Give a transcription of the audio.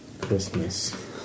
Christmas